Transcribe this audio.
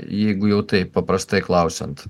jeigu jau taip paprastai klausiant